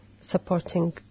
supporting